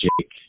Jake